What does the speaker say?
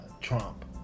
Trump